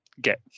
get